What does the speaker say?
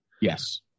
Yes